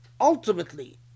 ultimately